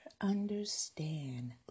understand